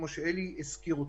כמו שאלי הזכיר,